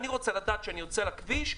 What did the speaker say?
אני רוצה לדעת שאני יוצא לכביש,